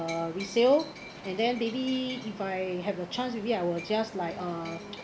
uh resale and then maybe if I have a chance maybe I will just like uh